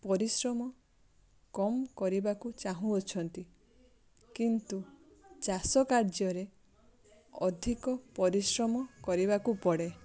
ପରିଶ୍ରମ କମ୍ କରିବାକୁ ଚାହୁଁ ଅଛନ୍ତି କିନ୍ତୁ ଚାଷ କାର୍ଯ୍ୟରେ ଅଧିକ ପରିଶ୍ରମ କରିବାକୁ ପଡ଼େ